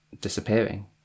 disappearing